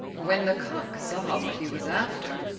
when the cock saw what he was after,